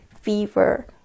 fever